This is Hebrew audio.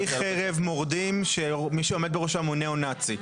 חרב מורדים שמי שעומד בראשם הוא ניאו נאצי.